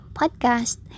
podcast